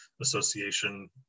Association